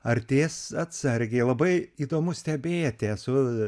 artės atsargiai labai įdomu stebėti esu